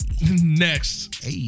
Next